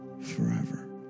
forever